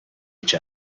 each